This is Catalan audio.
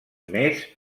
més